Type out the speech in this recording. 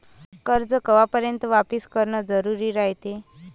कर्ज कवापर्यंत वापिस करन जरुरी रायते?